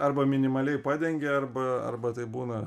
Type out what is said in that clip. arba minimaliai padengia arba arba taip būna